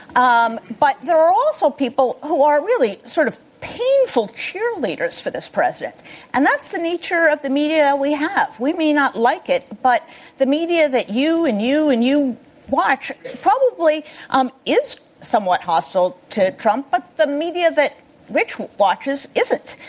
um but there are also people who are really sort of painful cheerleaders for this president and that's the nature of the media we have. we may not like it, but the media that you and you and you watch probably um is somewhat hostile to trump, but the media that rich watches isn't.